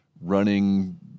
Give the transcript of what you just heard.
running